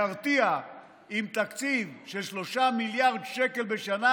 להרתיע עם תקציב של 3 מיליארד שקל בשנה,